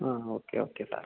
ആ okay okay സാറെ